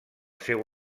seu